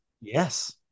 Yes